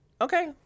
Okay